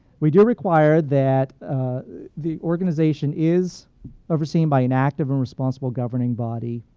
we do require that the organization is overseen by an active and responsible governing body,